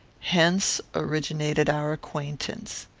hence originated our acquaintance.